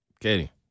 Katie